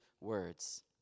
words